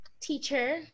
teacher